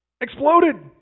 exploded